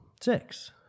six